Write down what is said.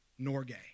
Norgay